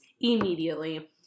immediately